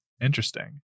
interesting